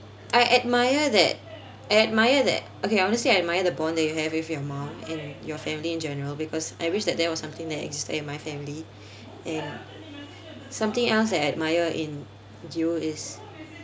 I admire that I admire that okay I honestly I admire the bond that you have with your mum and your family in general because I wish that was something that exists in my family and something else that I admire in you is